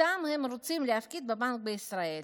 ואותם הם רוצים להפקיד בבנק בישראל,